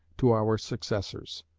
to our successors.